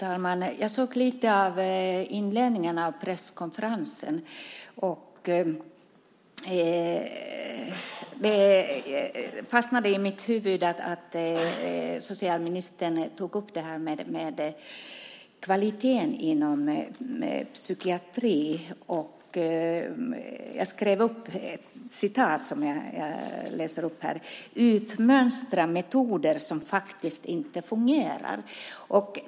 Fru talman! Jag såg lite av inledningen av presskonferensen. Det fastnade i mitt huvud att socialministern tog upp kvaliteten inom psykiatrin. Och jag skrev upp något som sades som jag ska läsa upp här: Utmönstra metoder som faktiskt inte fungerar.